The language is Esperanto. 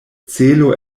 celo